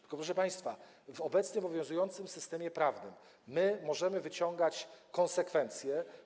Tylko, proszę państwa, w obecnie obowiązującym systemie prawnym możemy wyciągać konsekwencje.